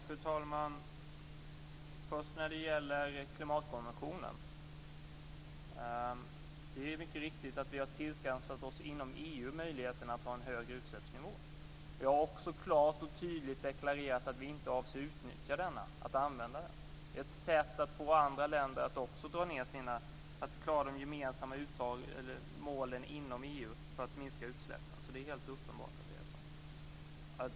Fru talman! Först när det gäller klimatkonventionen är det mycket riktigt att vi inom EU har tillskansat oss möjligheten att ha en högre utsläppsnivå. Vi har också klart och tydligt deklarerat att vi inte avser att använda den. Det är ett sätt att få också andra länder att klara de gemensamma målen inom EU för att minska utsläppen. Det är helt uppenbart att det är så.